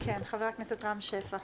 כן, ח"כ רם שפע.